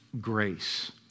grace